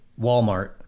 Walmart